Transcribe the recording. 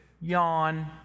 yawn